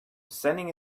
sending